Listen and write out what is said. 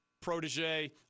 protege